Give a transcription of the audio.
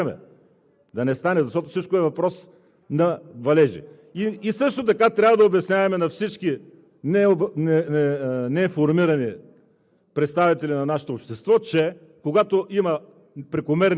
и от ДПС.) Слава богу, да се надяваме и да чукаме да не стане, защото всичко е въпрос на валежи. И също така трябва да обясняваме на всички неинформирани